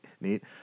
neat